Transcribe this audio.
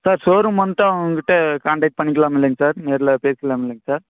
sir showroom வந்துட்டு உங்கள்ட்ட contact பண்ணிக்கிலாமில்லைங்க சார் நேரில் பேசிக்கிலாமில்லைங்க சார்